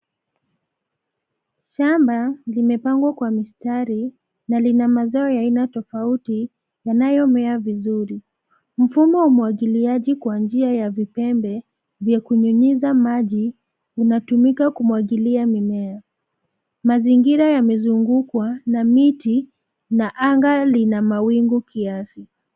Shamba limepangwa kwa mstari na lina mazao ya aina tofauti yanayomea vizuri. Mfumo wa umwagiliaji kwa njia ya vipembe vya kunyunyiza maji unatumika kumwagilia mimea. Mazingira yamezungukwa na miti na anga lina mawingu kiasi.